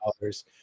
dollars